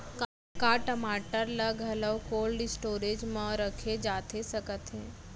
का टमाटर ला घलव कोल्ड स्टोरेज मा रखे जाथे सकत हे?